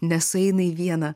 nesueina į vieną